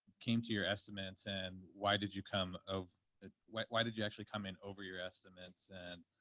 came to your estimates and why did you come of why why did you actually come in over your estimates, and